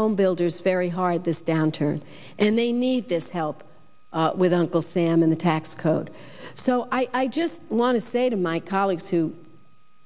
home builders very hard this downturn and they need this help with uncle sam in the tax code so i just want to say to my colleagues who